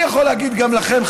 אני יכול להגיד גם לכם,